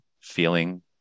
feeling